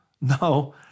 No